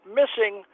missing